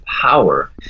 power